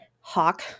Hawk